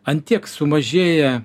ant tiek sumažėja